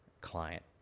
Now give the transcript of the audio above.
client